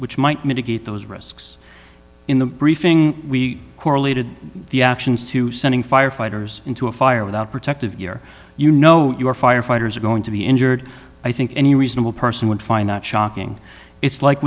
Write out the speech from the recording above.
which might mitigate those risks in the briefing we correlated the actions to sending firefighters into a fire without protective gear you know your firefighters are going to be injured i think any reasonable person would find that shocking it's like